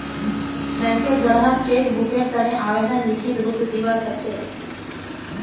बैंकत ग्राहक चेक बुकेर तने आवेदन लिखित रूपत दिवा सकछे